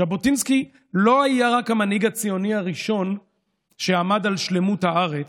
ז'בוטינסקי לא היה רק המנהיג הציוני הראשון שעמד על שלמות הארץ,